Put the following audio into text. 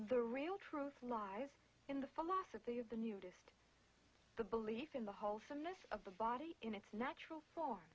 the real truth lies in the philosophy of the nudist the belief in the wholesomeness of the body in its natural for